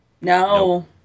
No